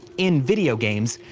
in video games,